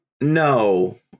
No